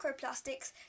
microplastics